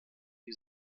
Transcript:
die